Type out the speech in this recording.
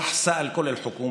והוא שאל את כל הממשלה: